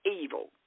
evil